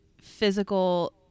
physical